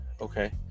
okay